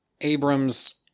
Abrams